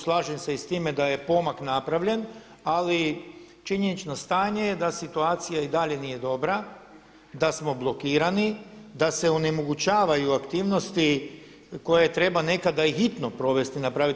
Slažem se i sa time da je pomak napravljen, ali činjenično stanje je da situacija i dalje nije dobra da smo blokirani, da se onemogućavaju aktivnosti koje treba nekada i hitno provesti, napraviti.